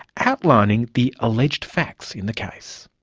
outlining the alleged facts in the case.